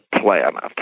planet